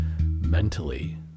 Mentally